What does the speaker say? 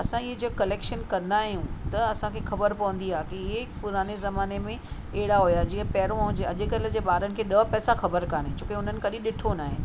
असां इहे जो कलेक्शन कंदा आहियूं त असांखे ख़बर पवंदी आहे की इहे पुराने ज़माने में अहिड़ा हुया जीअं पहिरियों अॼु कल्ह जे ॿारनि खे ॾह पैसा ख़बर कान्हे छो की हुननि कॾहिं ॾिठो नाहे